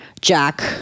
Jack